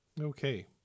Okay